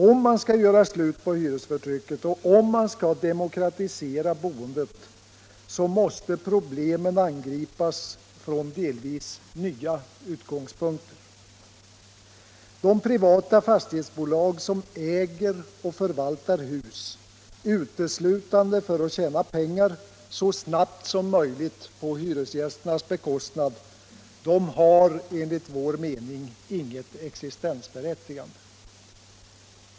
Om man skall göra slut på hyresförtrycket och demokratisera boendet måste problemen angripas från delvis nya utgångspunkter. De privata fastighetsbolag som äger och förvaltar hus uteslutande för att förtjäna pengar så snabbt som möjligt på hyresgästernas bekostnad har enligt vår mening inget existensberättigande.